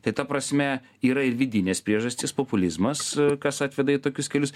tai ta prasme yra ir vidinės priežastys populizmas kas atveda į tokius kelius